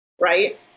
right